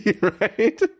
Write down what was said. right